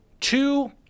two